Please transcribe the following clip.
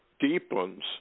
deepens